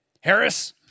Harris